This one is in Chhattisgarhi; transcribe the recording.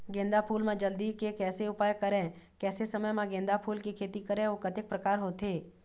गेंदा फूल मा जल्दी के कैसे उपाय करें कैसे समय मा गेंदा फूल के खेती करें अउ कतेक प्रकार होथे?